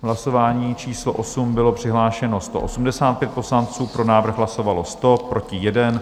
V hlasování číslo 8 bylo přihlášeno 185 poslanců, pro návrh hlasovalo 100, proti 1.